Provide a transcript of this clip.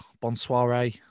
bonsoir